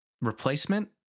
replacement